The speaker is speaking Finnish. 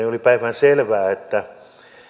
oli päivänselvää että